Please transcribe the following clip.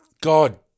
God